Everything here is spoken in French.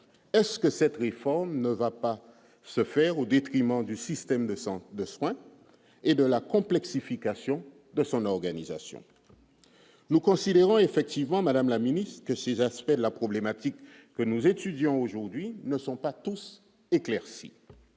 est-ce que cette réforme ne va pas se faire au détriment du système de santé de soins et de la complexification de son organisation, nous considérons effectivement, Madame la Ministre, que ces aspects de la problématique que nous étudions aujourd'hui ne sont pas tous s'éclaircit,